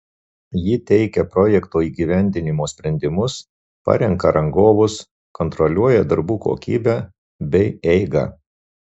ji teikia projekto įgyvendinimo sprendimus parenka rangovus kontroliuoja darbų kokybę bei eigą